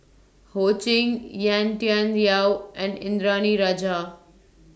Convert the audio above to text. Ho Ching Yan Tian Yau and Indranee Rajah